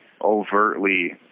overtly